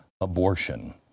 abortion